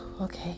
okay